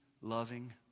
loving